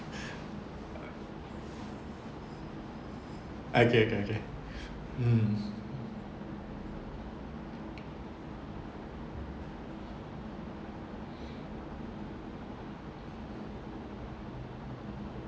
okay okay okay mm